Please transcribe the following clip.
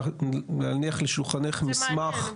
להניח על שולחנך מסמך.